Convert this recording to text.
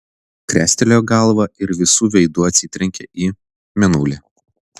krestelėjo galvą ir visu veidu atsitrenkė į mėnulį